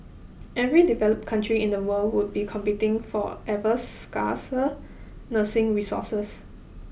every developed country in the world would be competing for ever scarcer nursing resources